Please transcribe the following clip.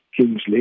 Kingsley